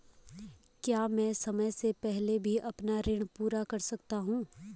क्या मैं समय से पहले भी अपना ऋण पूरा कर सकता हूँ?